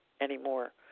anymore